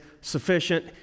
sufficient